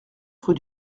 rue